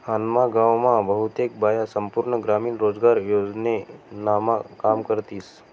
आम्ना गाव मा बहुतेक बाया संपूर्ण ग्रामीण रोजगार योजनामा काम करतीस